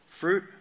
Fruit